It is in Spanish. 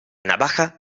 navaja